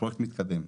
הפרויקט מתקדם.